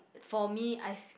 for me I s~